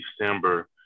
December